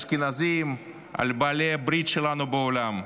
על אשכנזים ועל בעלי הברית שלנו בעולם?